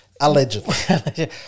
Allegedly